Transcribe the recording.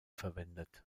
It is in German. verwendet